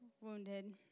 wounded